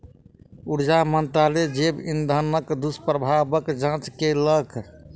ऊर्जा मंत्रालय जैव इंधनक दुष्प्रभावक जांच केलक